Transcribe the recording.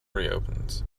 reopens